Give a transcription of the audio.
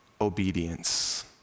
obedience